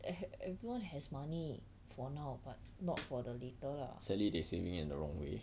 and everyone has money for now but not for the later lah